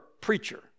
preacher